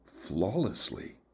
flawlessly